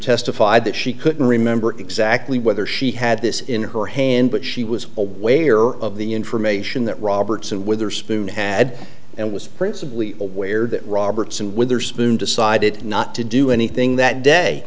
testified that she couldn't remember exactly whether she had this in her hand but she was aware of the information that roberts and witherspoon had and was principally aware that roberts and witherspoon decided not to do anything that day